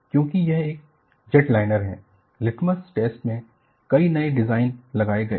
क्योंकि यह एक जेटलाइनर है लिटमस टेस्ट में कई नए डिजाइन लगाए गए